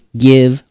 give